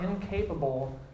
incapable